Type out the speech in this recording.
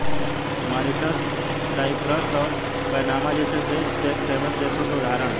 Mauritius, Cyprus और Panama जैसे देश टैक्स हैवन देशों के उदाहरण है